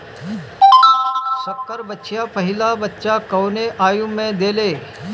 संकर बछिया पहिला बच्चा कवने आयु में देले?